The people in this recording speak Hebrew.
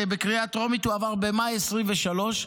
בקריאה הטרומית הוא עבר במאי 2023,